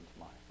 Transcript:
mind